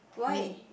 mint